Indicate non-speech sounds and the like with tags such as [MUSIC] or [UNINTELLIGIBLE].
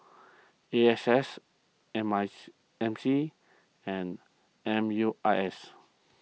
A S S M I [UNINTELLIGIBLE] M C and M U I S